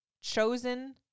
chosen